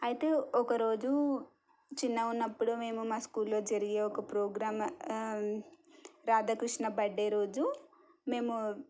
అయితే ఒకరోజు చిన్నగా ఉన్నప్పుడు మేము మా స్కూల్లో జరిగే ఒక ప్రోగ్రాం రాధాకృష్ణ బర్డే రోజు మేము